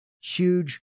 huge